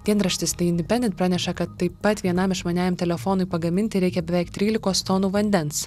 dienraštis the independent praneša kad taip pat vienam išmaniajam telefonui pagaminti reikia beveik trylikos tonų vandens